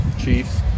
Chiefs